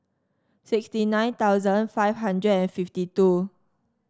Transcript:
sixty nine thousand five hundred and fifty two